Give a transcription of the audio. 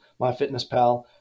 MyFitnessPal